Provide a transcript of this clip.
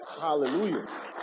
Hallelujah